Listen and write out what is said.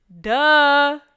Duh